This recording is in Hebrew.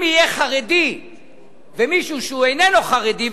אם יהיה חרדי ומישהו שאיננו חרדי,